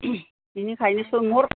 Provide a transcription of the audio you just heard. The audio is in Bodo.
बिनिखायनो सोंहर